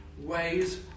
ways